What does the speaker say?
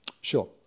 Sure